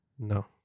No